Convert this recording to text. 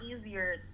easier